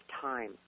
time